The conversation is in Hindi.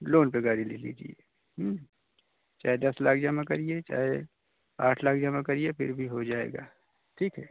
लोन पर गाड़ी ले लीजिए चाहे दस लाख जमा करिए चाहे आठ लाख जमा करिए फिर भी हो जाएगा ठीक है